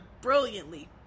brilliantly